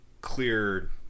clear